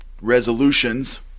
Resolutions